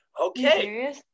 Okay